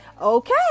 okay